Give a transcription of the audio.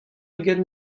eget